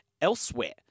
elsewhere